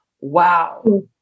wow